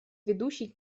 ведущий